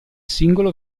singolo